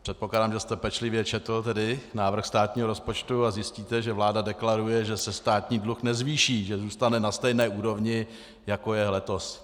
Předpokládám, že jste pečlivě četl návrh státního rozpočtu a zjistíte, že vláda deklaruje, že se státní dluh nezvýší, že zůstane na stejné úrovni, jako je letos.